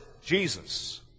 Jesus